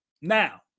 Now